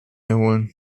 erholen